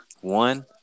one